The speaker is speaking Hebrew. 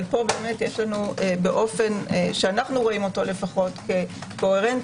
אבל פה יש לנו באופן שאנו רואים אותו לפחות כקוהרנטי,